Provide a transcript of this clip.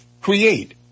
create